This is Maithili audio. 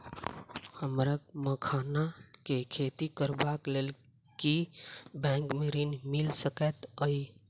हमरा मखान केँ खेती करबाक केँ लेल की बैंक मै ऋण मिल सकैत अई?